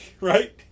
right